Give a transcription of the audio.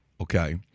Okay